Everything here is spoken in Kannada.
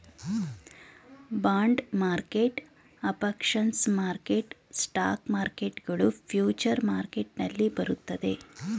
bond market, options market, stock market ಗಳು ಫ್ಯೂಚರ್ ಮಾರ್ಕೆಟ್ ನಲ್ಲಿ ಬರುತ್ತದೆ